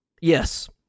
Yes